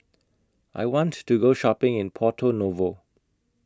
I want to Go Shopping in Porto Novo